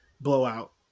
blowout